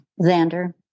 Xander